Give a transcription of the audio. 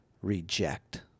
reject